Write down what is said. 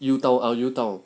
又到 ah 又到